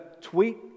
tweet